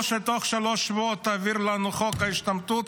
או שתוך שלושה שבועות תעביר לנו את חוק ההשתמטות,